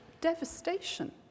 devastation